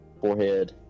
forehead